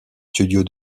studios